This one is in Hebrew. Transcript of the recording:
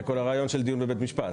זה כל הרעיון של דיון בבית משפט.